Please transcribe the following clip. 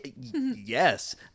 Yes